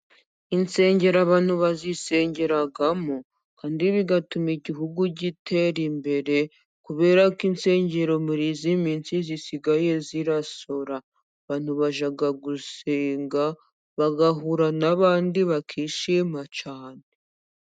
Insengero abantu bazisengeramo kandi bigatuma igihugu gitera imbere kubera ko insengero muri iyi minsi zisigaye zisora, abantu bajya gusenga bagahura n'abandi bakishima cyane.